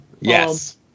Yes